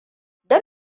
don